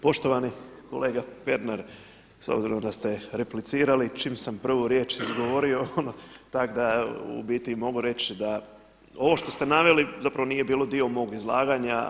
Poštovani kolega Pernar, s obzirom da ste replicirali čim sam prvu riječ izgovorio, ono tako da u biti mogu reći da ovo što ste naveli zapravo nije bilo dio mog izlaganja.